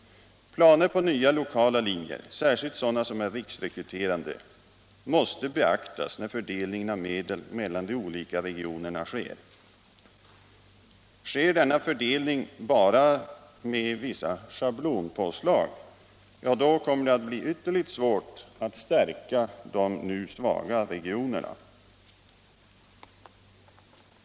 Planer på nya lokala linjer — särskilt sådana som är riksrekryterande — måste beaktas när fördelningen av medel mellan de olika regionerna sker. Görs denna fördelning bara med vissa schablonpåslag, forskning inom då kommer det att bli ytterligt svårt att stärka de nu svaga regionerna.